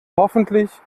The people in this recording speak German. hoffentlich